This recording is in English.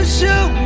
show